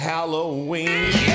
Halloween